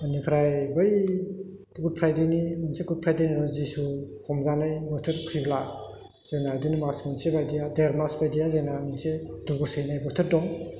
बेनिफ्राय बै गुड फ्रायडेनि मोनसे गुड फ्रायडेनि जिसु हमजानाय बोथोर फैब्ला जोंना बिदिनो मास मोनसे बायदिया देर मास बायदिया जोंना मोनसे दुखु सैनाय बोथोर दं